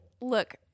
look